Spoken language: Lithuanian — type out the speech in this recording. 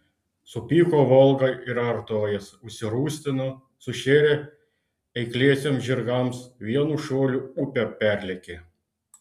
supyko volga ir artojas užsirūstino sušėrė eikliesiems žirgams vienu šuoliu upę perlėkė